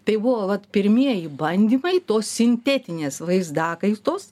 tai buvo vat pirmieji bandymai tos sintetinės vaizdakaitos